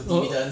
oh